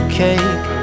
cake